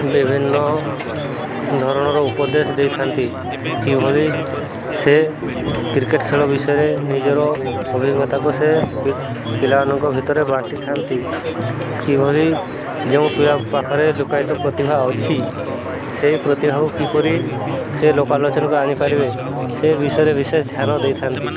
ବିଭିନ୍ନ ଧରଣର ଉପଦେଶ ଦେଇଥାନ୍ତି କିଭଳି ସେ କ୍ରିକେଟ୍ ଖେଳ ବିଷୟରେ ନିଜର ଅଭିଜ୍ଞତାକୁ ସେ ପିଲାମାନଙ୍କ ଭିତରେ ବାଣ୍ଟିଥାନ୍ତି କିଭଳି ଯେଉଁ ପିଲା ପାଖରେ ଲୁକ୍କାୟିତ ପ୍ରତିଭା ଅଛି ସେଇ ପ୍ରତିଭାକୁ କିପରି ସେ ଲୋକ ଆଲୋଚନାକୁ ଆଣିପାରିବେ ସେ ବିଷୟରେ ବିଶେଷ ଧ୍ୟାନ ଦେଇଥାନ୍ତି